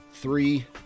three